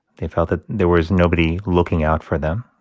they felt that there was nobody looking out for them.